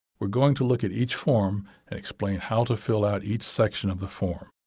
we're going to look at each form and explain how to fill out each section of the form.